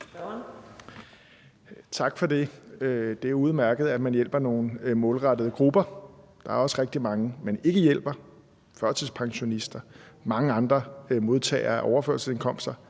Tak for det. Det er udmærket, at man hjælper nogle grupper målrettet. Der er også rigtig mange, man ikke hjælper, førtidspensionister og mange andre modtagere af overførselsindkomster,